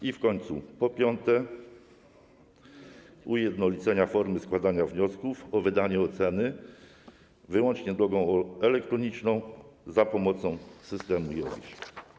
I w końcu, po piąte, zmiany dotyczą ujednolicenia formy składania wniosków o wydanie oceny - wyłącznie drogą elektroniczną, za pomocą systemu IOWISZ.